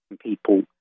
people